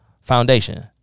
foundation